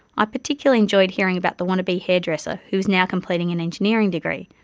ah particularly enjoyed hearing about the wannabe hairdresser who is now completing an engineering degree,